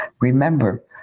Remember